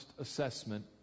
assessment